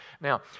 Now